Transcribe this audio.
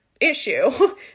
issue